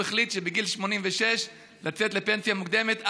הוא החליט בגיל 86 לצאת לפנסיה מוקדמת.